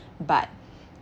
but